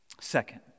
Second